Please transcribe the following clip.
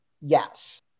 Yes